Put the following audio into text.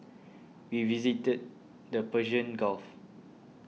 we visited the Persian Gulf